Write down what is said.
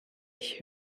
ich